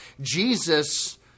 Jesus